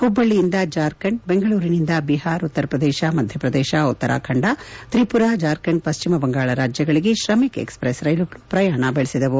ಹುಬ್ಲಳ್ಲಿಯಿಂದ ಜಾರ್ಖಂಡ್ ಬೆಂಗಳೂರಿನಿಂದ ಬಿಹಾರ್ ಉತ್ತರಪ್ರದೇಶ ಮಧ್ಯಪ್ರದೇಶ ಉತ್ತರಾಖಂಡ ತ್ರಿಪುರ ಜಾರ್ಖಂಡ್ ಪಶ್ಲಿಮ ಬಂಗಾಳ ರಾಜ್ಯಗಳಿಗೆ ತ್ರಮಿಕ್ ಎಕ್ಪಪ್ರೆಸ್ ರೈಲುಗಳು ಪ್ರಯಾಣ ಬೆಳೆಸಿದವು